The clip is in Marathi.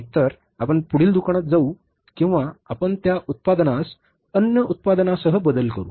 एकतर आपण पुढील दुकानात जाऊ किंवा आपण त्या उत्पादनास अन्य उत्पादनासह बदल करू